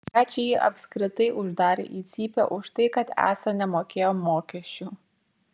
trečiąjį apskritai uždarė į cypę už tai kad esą nemokėjo mokesčių